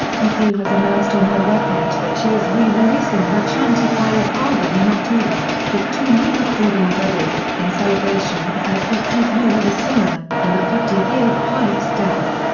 mathieu has announced on her web page that she is re-releasing her chante piaf album in october, with two new recordings added, in celebration of her fiftieth year as a singer, and the fiftieth year of piaf's death.